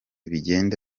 bigenda